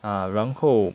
ah 然后